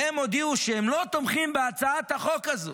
הודיעו שהם לא תומכים בהצעת החוק הזו.